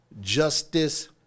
justice